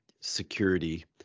security